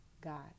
God